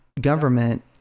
government